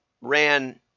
ran